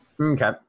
Okay